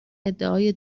ادعای